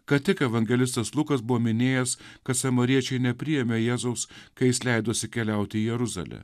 kad tik evangelistas lukas buvo minėjęs kad samariečiai nepriėmė jėzaus kai jis leidosi keliauti į jeruzalę